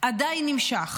עדיין נמשך.